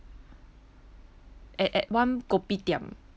at at one kopitiam